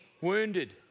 wounded